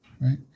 right